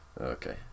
Okay